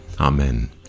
Amen